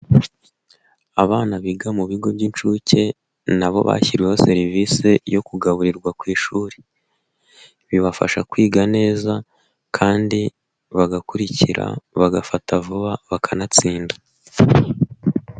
Abana biga mu bigo by'inshuke nabo bashyiriweho serivisi yo kugaburirwa ku ishuri. Bibafasha kwiga neza kandi bagakurikira bagafata vuba bakanatsinda.